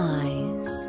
eyes